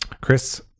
Chris